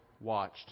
watched